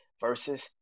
versus